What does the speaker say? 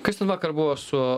kas ten vakar buvo su